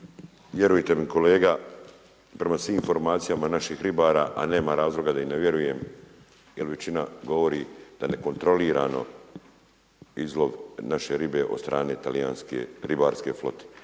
Vjerujte mi kolega, prema svima informacijama naših ribara, a nema razloga da im ne vjerujem, jer većina govori da ne kontrolirano izlog naše ribe od strane talijanske ribarske flote.